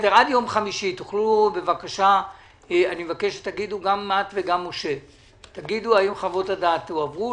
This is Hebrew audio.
עד יום חמישי אני מבקש שתגידו גם את וגם משה אם חוות הדעת הועברו,